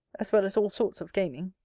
as well as all sorts of gaming.